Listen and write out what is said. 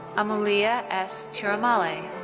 amoolya s. tirumalai.